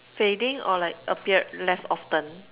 fading or like appeared less often